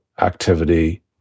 activity